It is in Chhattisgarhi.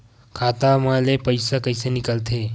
खाता मा ले पईसा कइसे निकल थे?